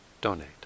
donate